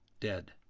dead